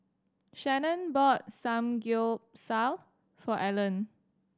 Shannon bought Samgyeopsal for Alan